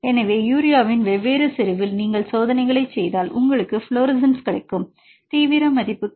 எனவே யூரியாவின் வெவ்வேறு செறிவில் நீங்கள் சோதனைகளைச் செய்தால் உங்களுக்கு ஃப்ளோரசன்ட் கிடைக்கும் தீவிர மதிப்புகள்